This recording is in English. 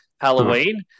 halloween